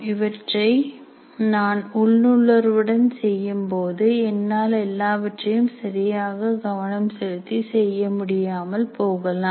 இவற்றை நான் உள்ளுணர்வுடன் செய்யும் பொழுது என்னால் எல்லாவற்றையும் சரியாக கவனம் செலுத்தி செய்ய முடியாமல் போகலாம்